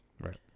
right